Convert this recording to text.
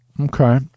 Okay